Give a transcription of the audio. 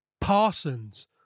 Parsons